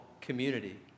community